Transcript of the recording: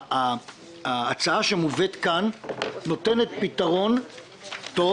שההצעה שמובאת כאן נותנת פתרון טוב